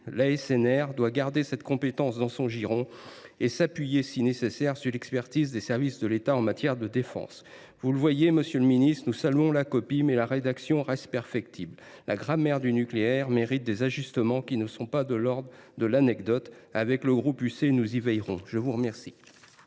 L’ASNR doit garder cette compétence dans son giron et s’appuyer si nécessaire sur l’expertise des services de l’État en matière de défense. Vous le voyez, monsieur le ministre, nous saluons la copie, mais la rédaction reste perfectible. La grammaire du nucléaire mérite des ajustements qui ne sont pas de l’ordre de l’anecdote. Le groupe UC y veillera. La parole